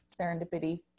serendipity